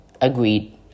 Agreed